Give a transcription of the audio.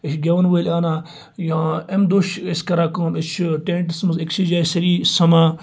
أسۍ چھِ گیٚوَن وٲلۍ انان یا امہِ دۄہ چھِ أسۍ کَران کٲم أسۍ چھِ ٹیٚنٹَس منٛز أکسٕے جایہِ سأری سَمان